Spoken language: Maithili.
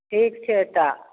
ठीक छै तऽ